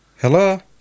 Hello